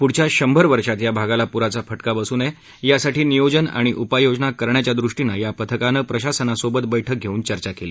प्ढच्या शंभर वर्षात या भागाला प्राचा फटका बसू नये यासाठी नियोजन आणि उपायोजना करण्याच्या दृष्टीनं या पथकानं प्रशासनासोबत बैठक घेऊन चर्चा केली